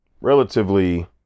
relatively